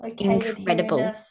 incredible